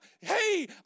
hey